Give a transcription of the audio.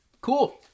Cool